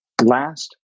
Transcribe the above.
Last